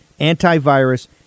antivirus